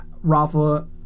Rafa